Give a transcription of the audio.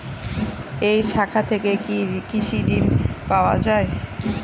এই শাখা থেকে কি কৃষি ঋণ পাওয়া যায়?